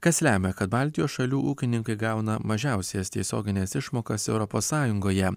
kas lemia kad baltijos šalių ūkininkai gauna mažiausias tiesiogines išmokas europos sąjungoje